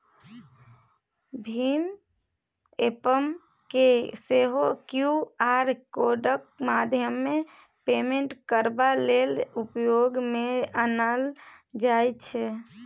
भीम app केँ सेहो Q R कोडक माध्यमेँ पेमेन्ट करबा लेल उपयोग मे आनल जाइ छै